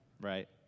right